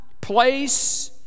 place